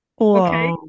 Okay